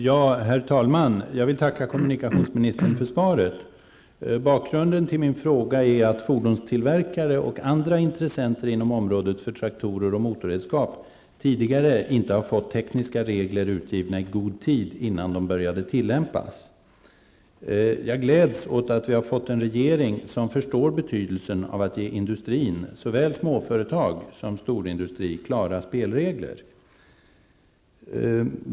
Herr talman! Jag vill tacka kommunikationsministern för svaret. Bakgrunden till min fråga är att fordonstillverkare och andra intressenter inom området för traktorer och motorredskap tidigare inte har fått tekniska regler utgivna i god tid innan de skall börja tillämpas. Jag gläds åt att vi har fått en regering som förstår betydelsen av att ge industrin, såväl småföretag som storindustri, klara spelregler.